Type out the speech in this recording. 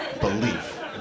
belief